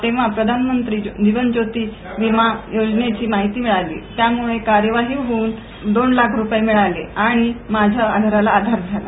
तेव्हा प्रधानमंत्री जीवनज्योती योजनेची माहिती मिळाली त्यामुळे कार्यवाही होऊन दोन लाख रुपये मिळाले माझ्या घराला आधार झाला